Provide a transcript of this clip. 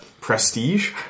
prestige